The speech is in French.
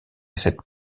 cette